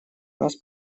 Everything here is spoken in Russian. нас